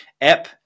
App